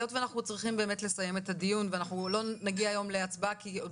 היות ואנחנו צריכים לסיים את הדיון ואנחנו לא נגיע היום להצבעה כי עוד